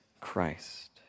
Christ